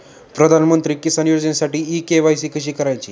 प्रधानमंत्री किसान योजनेसाठी इ के.वाय.सी कशी करायची?